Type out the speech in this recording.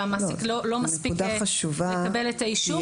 שהמעסיק לא מספיק לקבל את האישור,